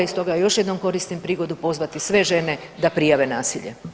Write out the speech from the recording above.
I stoga još jednom koristim prigodu pozvati sve žene da prijave nasilje.